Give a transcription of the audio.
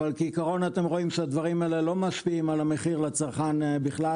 אבל כעקרון אתם רואים שהדברים האלה לא משפיעים על המחיר לצרכן בכלל,